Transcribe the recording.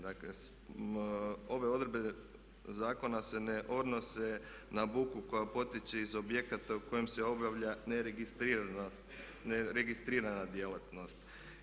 Dakle, ove odredbe zakona se ne odnose na buku koja potiče iz objekata u kojem se obavlja neregistrirana djelatnost.